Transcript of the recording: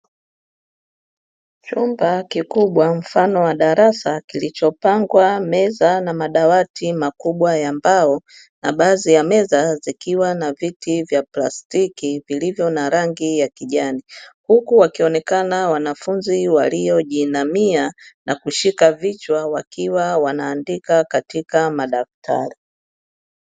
Chumba kikubwa mfano wa darasa kilichopangwa meza na madawati makubwa ya mbao na baadhi ya meza zikiwa na viti vya plastiki vilivyo na rangi ya kijani, huku wakionekana wanafunzi waliojiinamia na kushika vichwa wakiwa wanaandika katika madaftari.